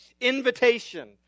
invitation